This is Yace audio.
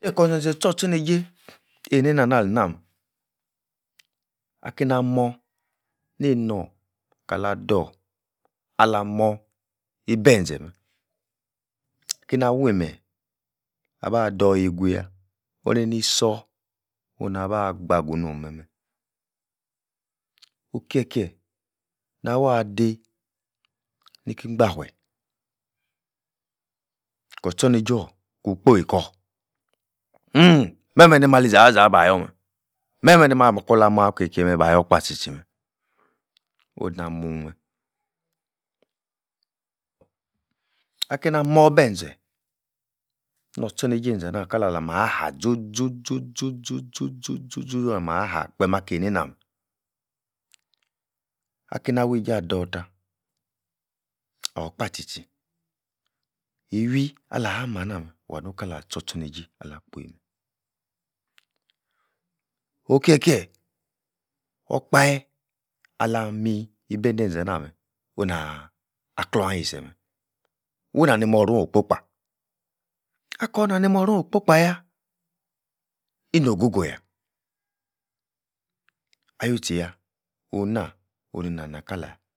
kie-kor-zen-zen tchor-tchor-neijei, einani-nah-nah ali-nah-meh, akeina-mor nei-norh, kal-dorh, ala mor e-bah-zeh-meh keinah-wii-meyi abah-dorh-yeigu-yah oneini-sor onah' bah-gba-gu-no'm meh-meh, okie-kie, nah-wah-dei, niki-ingbanfueh, kor-tchor-neijor, kun-kpio-kor hmmm-meh-meh ni-mah li-zaha zaha bah-yoor-meh, meh-meh ni-mah-kwa-lah-mua kie-kie meh, bah-yor kpah tchi-tchi meh, o'hna mua meh, ah-keina-mor-beh-enze, nor-tchor-neiji enza-nah, kala-lah-mah ha-zo-zo-zo-zo-zo-zo-zo-zo-zo oh alah-mah ha-kpeem ah-keinei na-meh, ah-keina-wueijei ador-tah, okpah tchi-tchi iwui alah-ha-mah-nah-meh, wua-nu kala tchor-tchor-neijei ala-kpoi-meh okie-kie okpahe, ala-miyi, e-beidenza-nah-meh, o'h-nah aklornh ah-yiseh meh, wii-nah-ni morrorn-okpo-kpah akor-nah ni morrorhn okpo-kpah-yah, ino-go-go yah ah-you-tchi yah, ohn-nah, onu-na-nah-nah kala